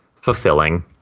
fulfilling